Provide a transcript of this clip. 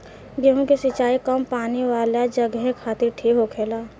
गेंहु के सिंचाई कम पानी वाला जघे खातिर ठीक होखेला